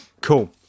cool